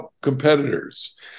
competitors